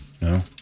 No